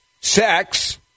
Sex